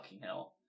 hell